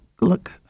look